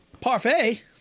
parfait